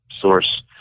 source